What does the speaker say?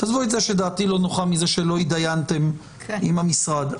עזבו את זה שדעתי לא נוחה מזה שלא התדיינתם עם המשרד,